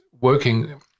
working